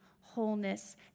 wholeness